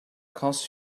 costs